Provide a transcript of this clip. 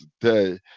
today